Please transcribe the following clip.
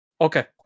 okay